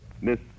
Miss